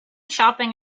shopping